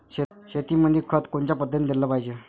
शेतीमंदी खत कोनच्या पद्धतीने देलं पाहिजे?